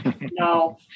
No